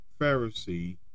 Pharisee